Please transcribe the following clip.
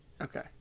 Okay